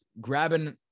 grabbing